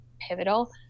pivotal